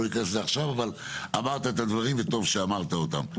לא ניכנס לזה עכשיו אבל אמרת את הדברים וטוב שאמרת אותם.